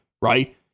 right